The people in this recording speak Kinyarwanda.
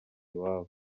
iwabo